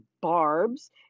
barbs